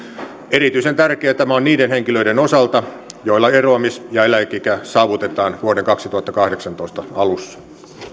erityisen tärkeä tämä on niiden henkilöiden osalta joilla eroamis ja eläkeikä saavutetaan vuoden kaksituhattakahdeksantoista alussa